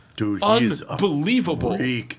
unbelievable